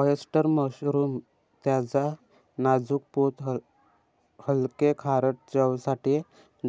oyster mushroom त्याच्या नाजूक पोत हलके, खारट चवसाठी